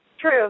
True